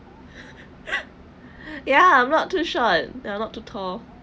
yeah I'm not too short ya not too tall